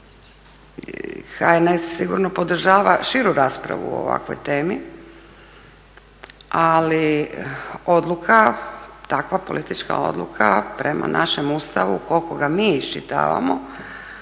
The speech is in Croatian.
HNS sigurno podržava širu raspravu o ovakvoj temi, ali odluka, takva politička odluka prema našem Ustavu koliko ga mi iščitavamo,